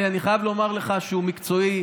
אני חייב לומר לך שהוא מקצועי,